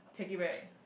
take it back